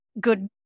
good